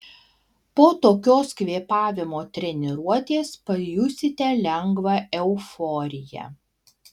po tokios kvėpavimo treniruotės pajusite lengvą euforiją